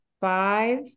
five